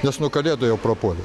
nes nuo kalėdų jau prapuolė